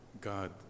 God